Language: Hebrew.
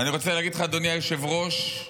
אדוני היושב-ראש,